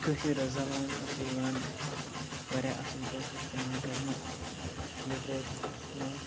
کٲشِر زَبان چھِ یِوان واریاہ اصٕل پٲٹھۍ اِستعمال کَرنہٕ لِٹریچَرَس منٛز